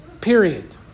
period